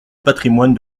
patrimoine